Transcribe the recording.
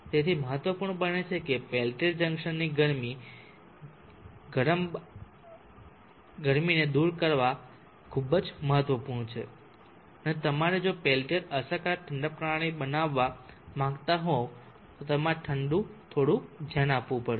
તેથી તે મહત્વપૂર્ણ બને છે કે પેલ્ટીયર જંકશનની ગરમ બાજુથી ગરમીને દૂર કરવું ખૂબ જ મહત્વપૂર્ણ છે અને તમારે જો પેલ્ટીઅર અસરકારક ઠંડક પ્રણાલી બનાવવા માંગતા હો તો તમારે થોડું ધ્યાન આપવું પડશે